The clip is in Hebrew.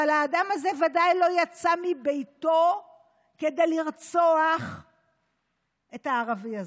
אבל האדם הזה ודאי לא יצא מביתו כדי לרצוח את הערבי הזה.